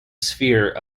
sphere